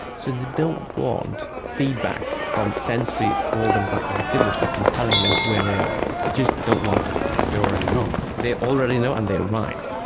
so they don't want feedback from sensory organs like the vestibular system telling them where they are. they just don't want it. because they already know. they already know and they are right.